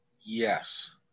Yes